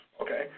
okay